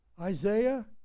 Isaiah